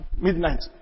midnight